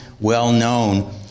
well-known